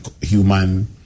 human